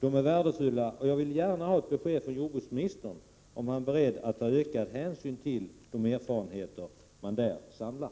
Dessa kunskaper är värdefulla, och jag vill gärna få besked från jordbruksministern om han är beredd att ta ökad hänsyn till de erfarenheter som man där samlar.